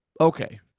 Okay